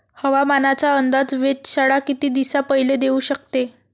हवामानाचा अंदाज वेधशाळा किती दिवसा पयले देऊ शकते?